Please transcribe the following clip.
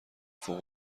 فوق